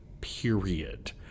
period